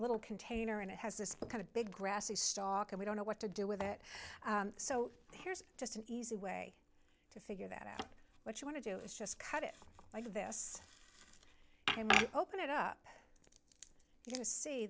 little container and it has this kind of big grassy stalk and we don't know what to do with it so here's just an easy way to figure that out what you want to do is just cut it like this and open it up you